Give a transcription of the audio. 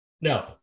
no